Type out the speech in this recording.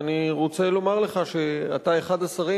ואני רוצה לומר לך שאתה אחד השרים